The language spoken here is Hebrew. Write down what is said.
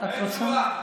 את רוצה?